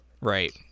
Right